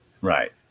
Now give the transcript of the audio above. Right